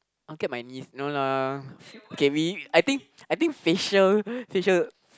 I'll get my niece no lah okay we I think I think facial facial